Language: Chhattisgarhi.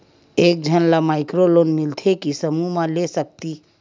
एक झन ला माइक्रो लोन मिलथे कि समूह मा ले सकती?